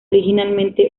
originalmente